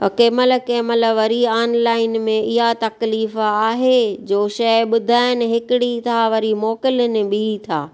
ऐं कंहिंमहिल कंहिंमहिल वरी ऑनलाइन में इहा तक़लीफ़ आहे जो शइ ॿुधाइनि हिकिड़ी था वरी मोकिलीनि बि था